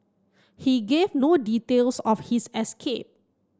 he gave no details of his escape